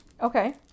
Okay